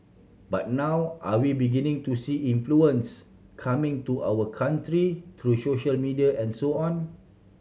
but now are we beginning to see influence coming to our country through social media and so on